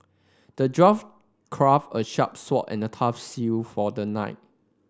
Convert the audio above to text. the dwarf craft a sharp sword and a tough shield for the knight